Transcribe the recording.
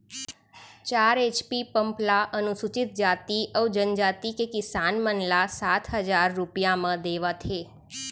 चार HP pump ल अनुसूचित जाति अउ जनजाति के किसान मन ल सात हजार रूपिया म देवत हे